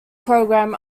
program